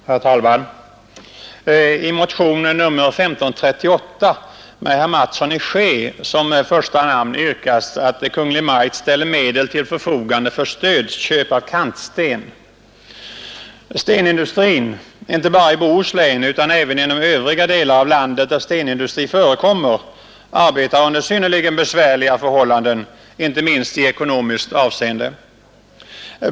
Herr talman! I motionen 1538 med herr Mattsson i Skee som första namn yrkas att Kungl. Maj:t ställer medel till förfogande för stödköp av kantsten. Stenindustrin, inte bara i Bohuslän utan även inom övriga delar av landet där stenindustri förekommer, arbetar under synnerligen besvärliga förhållanden, inte minst i ekonomiskt avseende.